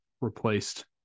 replaced